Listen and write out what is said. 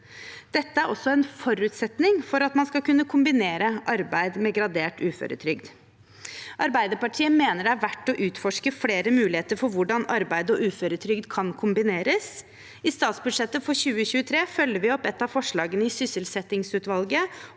Dette er også en forutsetning for at man skal kunne kombinere arbeid med gradert uføretrygd. Arbeiderpartiet mener det er verdt å utforske flere muligheter for hvordan arbeid og uføretrygd kan kombineres. I statsbudsjettet for 2023 følger vi opp et av forslagene i sysselsettingsutvalget,